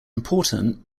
important